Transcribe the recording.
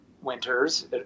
winters